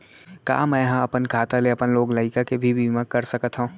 का मैं ह अपन खाता ले अपन लोग लइका के भी बीमा कर सकत हो